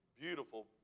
beautiful